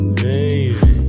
baby